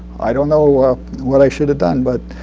i don't know what i should've done. but